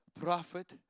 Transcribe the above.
prophet